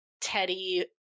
Teddy